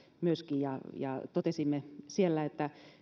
ja ja totesimme siellä että